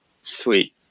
sweet